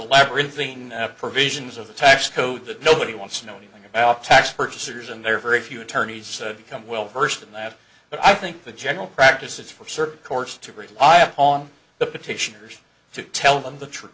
labyrinthine of provisions of the tax code that nobody wants to know anything about tax purchasers and there are very few attorneys become well versed in that but i think the general practice is for circuit courts to rely on the petitioners to tell them the truth